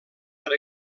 per